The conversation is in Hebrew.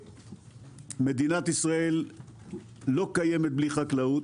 מדינת ישראל לא קיימת בלי חקלאות,